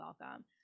welcome